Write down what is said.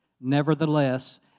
Nevertheless